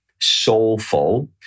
soulful